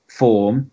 form